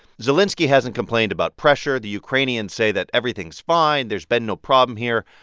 zelenskiy hasn't complained about pressure. the ukrainians say that everything's fine. there's been no problem here.